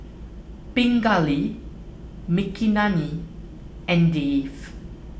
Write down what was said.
Pingali Makineni and Dev